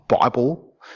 Bible